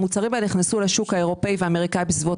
המוצרים האלה נכנסו לשוק האירופאי והאמריקני בסביבות